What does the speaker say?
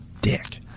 dick